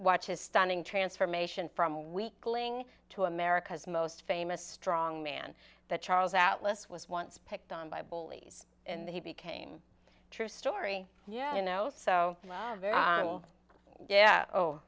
watch a stunning transformation from a weakling to america's most famous strongman that charles atlas was once picked on by bullies and he became a true story yeah you know so yeah oh